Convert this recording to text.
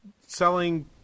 selling